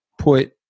put